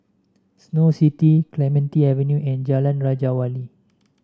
Snow City Clementi Avenue and Jalan Raja Wali